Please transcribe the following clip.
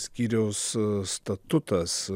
skyriaus statutas